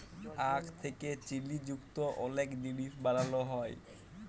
আখ থ্যাকে চিলি যুক্ত অলেক জিলিস বালালো হ্যয়